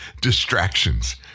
Distractions